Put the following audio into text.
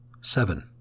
Seven